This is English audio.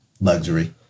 luxury